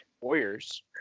warriors